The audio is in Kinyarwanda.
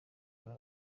kora